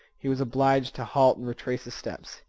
he was obliged to halt and retrace his steps.